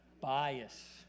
Bias